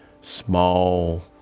small